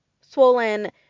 swollen